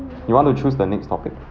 you want to choose the next topic